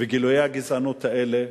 ואת גילויי הגזענות האלה.